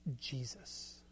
Jesus